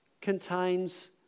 contains